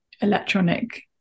electronic